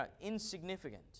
insignificant